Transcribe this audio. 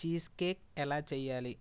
cheese cake ఎలా చేయాలి